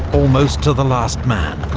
almost to the last man.